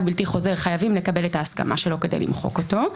בלתי חוזר חייבים לקבל את ההסכמה שלו כדי למחוק אותו.